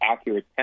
accurate